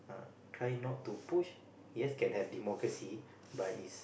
try not to push yes can have democracy but is